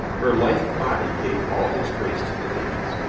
her lithe body gave all its grace to the dance.